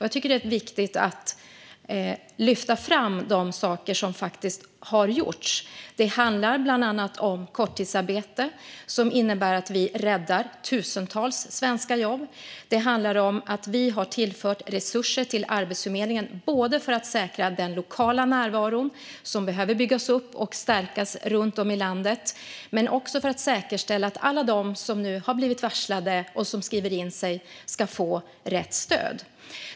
Jag tycker att det är viktigt att lyfta fram de saker som faktiskt har gjorts. Det handlar bland annat om korttidsarbete, som innebär att vi räddar tusentals svenska jobb. Det handlar om att vi har tillfört resurser till Arbetsförmedlingen, både för att säkra den lokala närvaron som behöver byggas upp och stärkas runt om i landet och för att säkerställa att alla som nu har blivit varslade och som skriver in sig ska få rätt stöd.